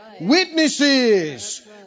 witnesses